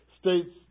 states